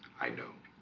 i know